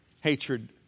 hatred